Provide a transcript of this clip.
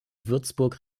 würzburg